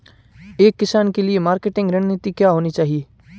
एक किसान के लिए मार्केटिंग रणनीति क्या होनी चाहिए?